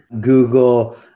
Google